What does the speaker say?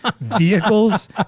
vehicles